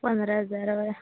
पंदरा हजार हय